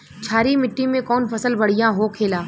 क्षारीय मिट्टी में कौन फसल बढ़ियां हो खेला?